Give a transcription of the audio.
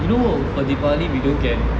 you know for deepavali we don't get